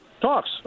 talks